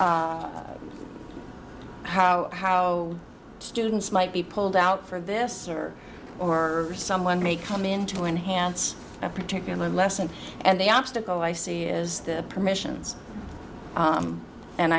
how how students might be pulled out for this or someone may come in to enhance a particular lesson and the obstacle i see is the permissions and